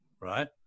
Right